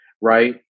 right